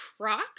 croc